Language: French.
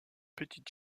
petite